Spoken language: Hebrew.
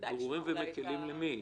ברורים ומקילים למי?